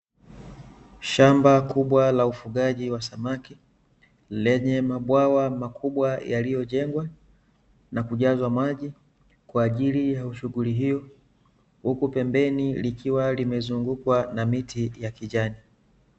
Shamba kubwa la ufugaji wa samaki, lenye mabwawa makubwa yaliyojengwa, na kujazwa maji kwaajili ya shughuli hiyo; huku pembeni likiwa limezungukwa na miti ya kijani.